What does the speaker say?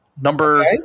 Number